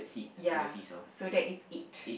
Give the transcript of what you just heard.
ya so that is it